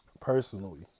Personally